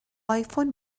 آیفون